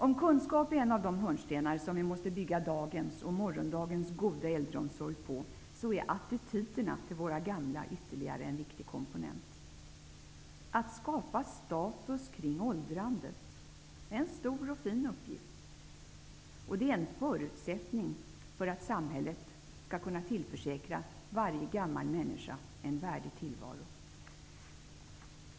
Om kunskap är en av de hörnstenar som vi måste bygga dagens och morgondagens goda äldreomsorg på, så är attityderna till våra gamla ytterligare en viktig komponent. Att skapa status kring åldrandet är en stor och fin uppgift, och det är en förutsättning för att samhället skall kunna tillförsäkra varje gammal människa en värdig tillvaro.